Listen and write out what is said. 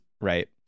right